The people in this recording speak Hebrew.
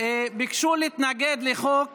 ביקשו להתנגד לחוק